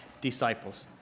disciples